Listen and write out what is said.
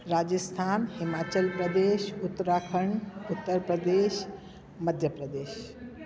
Rajasthan Himachal Pradesh Uttarakhand Uttar Pradesh Madhya Pradesh